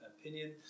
opinion